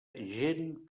gent